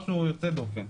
משהו יוצא דופן.